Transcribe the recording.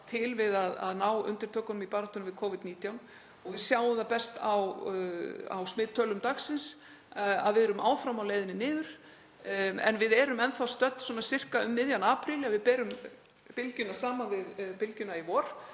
til við að ná undirtökunum í baráttunni við Covid-19. Við sjáum það best á smittölum dagsins að við erum áfram á leiðinni niður. En við erum enn þá stödd svona sirka um miðjan apríl ef við berum bylgjuna saman við bylgjuna í vor